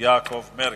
יעקב מרגי.